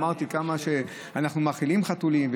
אמרתי כמה שאנחנו מאכילים חתולים,